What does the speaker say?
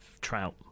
trout